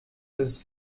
does